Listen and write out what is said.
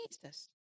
Jesus